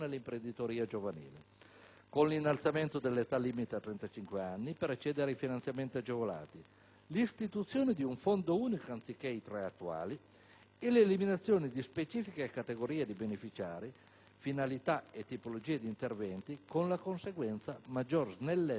con l'innalzamento dell'età limite per accedere ai finanziamenti agevolati a 35 anni, l'istituzione di un fondo unico (anziché i tre attuali) e l'eliminazione di specifiche categorie di beneficiari, finalità e tipologie d'interventi, con la conseguente maggior snellezza e semplificazione.